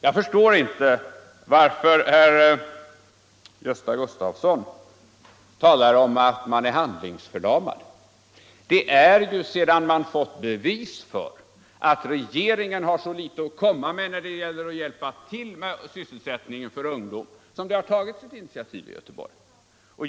Jag förstår inte varför herr Gösta Gustafsson i Göteborg talar om att man är handlingsförlamad. Det är ju sedan man fått bevis för att regeringen har så litet att komma med när det gäller att hjälpa till med sysselsättningen för ungdomen som: det tagits ett initiativ i Göteborg.